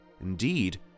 Indeed